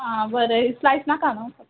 आं बरें स्लायस नाका न्हू